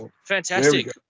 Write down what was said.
Fantastic